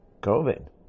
COVID